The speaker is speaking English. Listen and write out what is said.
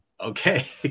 Okay